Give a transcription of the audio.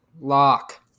Lock